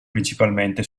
principalmente